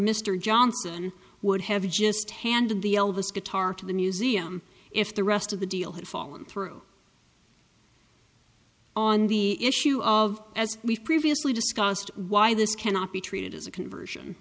mr johnson would have just handed the guitar to the museum if the rest of the deal had fallen through on the issue of as we've previously discussed why this cannot be treated as a conversion